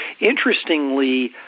interestingly